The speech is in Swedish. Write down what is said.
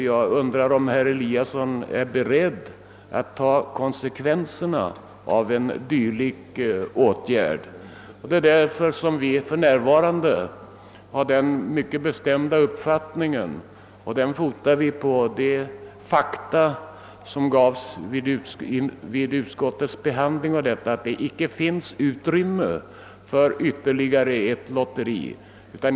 Jag undrar om han är beredd att ta konsekvenserna av en dylik åtgärd. På grundval av de fakta som redovisades vid utskottsbehandlingen har vi den mycket bestämda uppfattningen att det för närvarande icke finns utrymme för ytterligare ett lotteri.